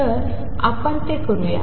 तर आपण ते करूया